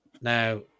Now